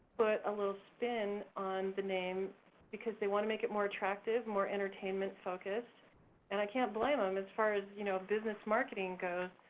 but a little spin on the name because they wanna make it more attractive, more entertainment focused and i can't blame them as far as you know business marketing goes,